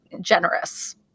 generous